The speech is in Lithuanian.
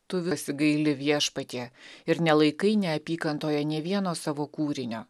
tu pasigaili viešpatie ir nelaikai neapykantoje nė vieno savo kūrinio